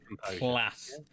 class